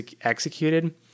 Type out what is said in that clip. executed